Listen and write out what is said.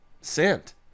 sent